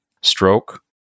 Stroke